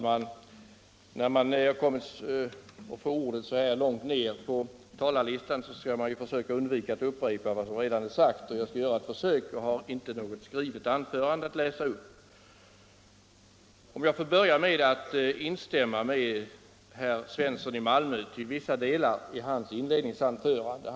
Herr talman! När man får ordet så här långt ned på talarlistan, skall man ju undvika att upprepa vad som redan är sagt, och jag skall göra ett försök. Jag har inte något skrivet anförande att läsa upp. Jag vill börja med att instämma till vissa delar i herr Svenssons i Malmö inledningsanförande.